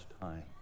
time